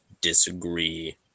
disagree